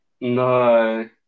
No